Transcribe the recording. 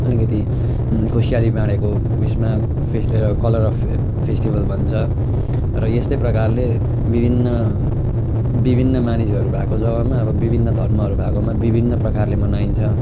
अलिकति खुसियाली बाँडेको उयसमा फेस कलर अफ् फेस्टिभल भन्छ र यस्तै प्रकारले विभिन्न विभिन्न मानिसहरू भएको जग्गामा अब विभिन्न धर्महरू भएकोमा विभिन्न प्रकारले मनाइन्छ